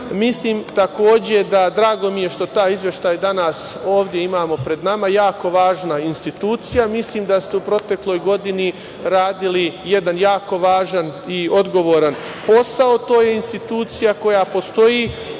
građana, drago mi je što taj izveštaj danas ovde imamo pred nama i mislim da je to jako važna institucija. Mislim da ste u protekloj godini radili jedan jako važan i odgovoran posao. To je institucija koja postoji